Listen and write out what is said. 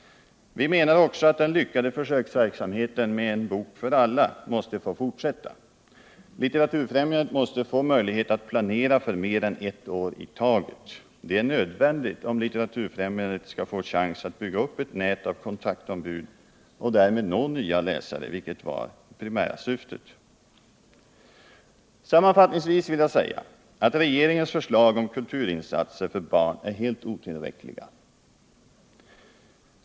Vi menar också att den lyckade försöksverksamheten med ”En bok för alla” måste få fortsätta. Litteraturfrämjandet måste få möjlighet att planera för mer än ett år i taget. Det är nödvändigt, om Litteraturfrämjandet skall få chans att bygga upp ett nät av kontaktombud och därmed nå nya läsare, vilket är ett viktigt mål. Sammanfattningsvis vill jag säga att regeringens förslag om kulturinsatser för barn är helt otillräckliga.